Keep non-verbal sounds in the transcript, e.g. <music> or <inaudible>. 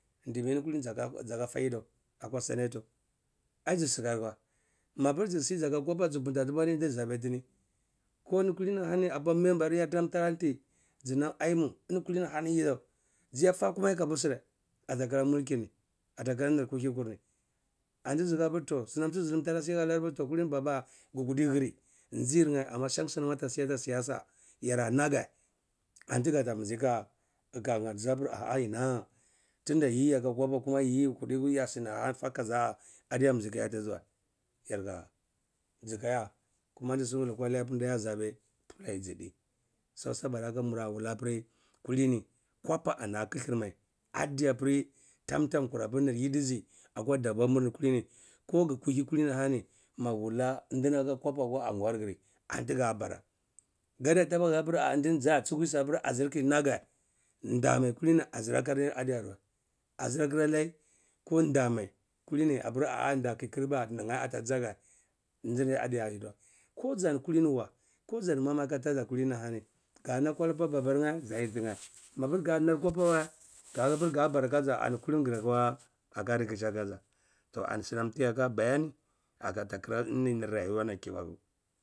Ndume eni kulini zaka fa yidau akwa senator ai zisikar akwa, mapir zisi zaka kwapa zi punta tibwani ndi zabetini keh eni kulini hani apa member yarn am tar anti ji nam imu kulini ani yidau, ziyah fa kwume kabu si de afa khira mulkirni afa khara nir kuhi kur ni anti zi napir toh finam suwa hanarpir fon eni kulini. Baba gikuti hir zinnyeh amma shan sinam ti asum aha siyasa yara nageh anti gada mizi kaka <hesitation> ah-ah ena tinda yiye yaka kwapa yiye yikota iya sini <hesitation> achamizi kaja yatizi wa yarka zinali gaya, kuma ndisuwa lukwa lap ka yazabeh bwai zidi so soboda haka nura wula apir enini, kwapa ana a khitir mai, adiapiri tam-tam kwur nir yidizi ahwa dbwa mur kulini koh gi kulu kulini ahani magawula ndimam aka kwapa akwa ariguwar-gir anti ga bara. Gadi tabara ndini ahchuhusi-pir ah kinageh ndamai kulini azireh khir adiaya mai azireh khirke du mai kulini apir da ahah ki kilba niyeh akwa jaga jinni adiyeyidi mai ko zani kulini wa ko zani mama aka tada kulini ahani ganakwapa ana babarye zayiditiyeh mapiri gana kwapa wa gawul ga bara aka. Ja ani kullum gira ka rehichi aka za toh ani sinam tyaka bayani ata kara enini nir rayuwa nir kibaku.